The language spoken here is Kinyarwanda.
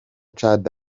child